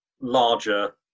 larger